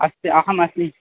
अस्तु अहमस्मि